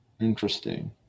Interesting